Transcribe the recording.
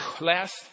Last